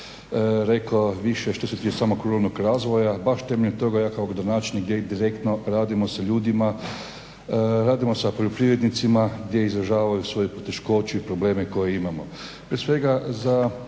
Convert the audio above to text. rekao više što se tiče samog ruralnog razvoja. Baš temeljem toga ja kao gradonačelnik gdje direktno radimo sa ljudima, radimo sa poljoprivrednicima gdje izražavaju svoje poteškoće i probleme koje imaju.